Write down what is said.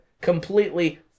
Completely